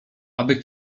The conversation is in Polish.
aby